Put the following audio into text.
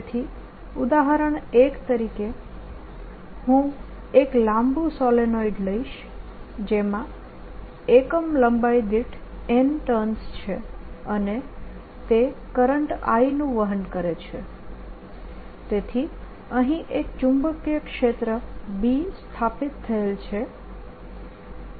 તેથી ઉદાહરણ 1 તરીકે હું એક લાંબુ સોલેનોઇડ લઈશ જેમાં એકમ લંબાઈ દીઠ n ટર્ન્સ છે અને તે કરંટ I નુ વહન કરે છે તેથી અહીં એક ચુંબકીય ક્ષેત્ર B સ્થાપિત થયેલ છે